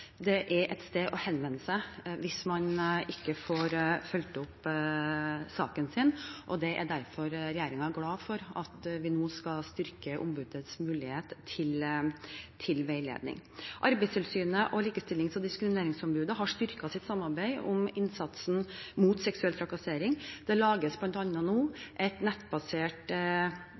behov for et sted å henvende seg hvis man ikke får fulgt opp saken sin, og derfor er regjeringen glad for at vi nå skal styrke ombudets mulighet til veiledning. Arbeidstilsynet og Likestillings- og diskrimineringsombudet har styrket sitt samarbeid om innsatsen mot seksuell trakassering. Det lages bl.a. nå et nettbasert